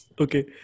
Okay